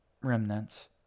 Remnants